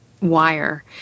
wire